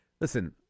Listen